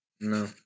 No